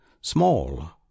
small